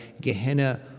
Gehenna